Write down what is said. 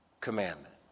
commandment